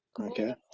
okay